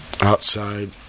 outside